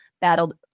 battled